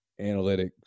analytics